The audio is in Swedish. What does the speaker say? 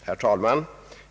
Herr talman!